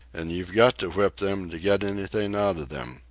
and you've got to whip them to get anything out of them.